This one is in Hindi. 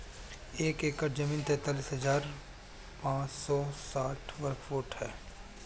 एक एकड़ जमीन तैंतालीस हजार पांच सौ साठ वर्ग फुट है